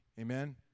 Amen